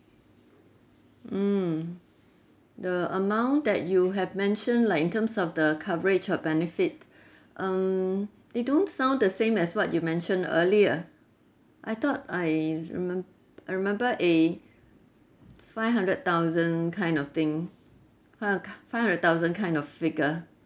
mm the amount that you have mentioned like in terms of the coverage of benefit um they don't sound the same as what you mention earlier I thought I rememb~ I remember a five hundred thousand kind of thing five ki~ hundred thousand kind of figure